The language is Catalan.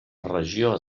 regió